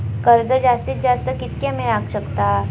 कर्ज जास्तीत जास्त कितक्या मेळाक शकता?